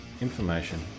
Information